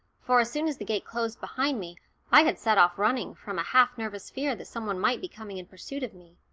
for as soon as the gate closed behind me i had set off running from a half-nervous fear that some one might be coming in pursuit of me.